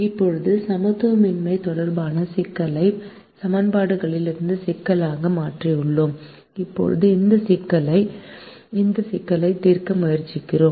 இப்போது சமத்துவமின்மை தொடர்பான சிக்கலை சமன்பாடுகளின் சிக்கலாக மாற்றியுள்ளோம் இப்போது இந்த சிக்கலை தீர்க்க முயற்சிக்கிறோம்